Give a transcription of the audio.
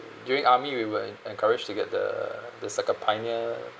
during army we were encouraged to get the the second pioneer